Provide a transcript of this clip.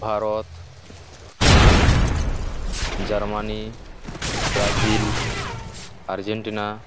Bharat France Germany Brazil Argentina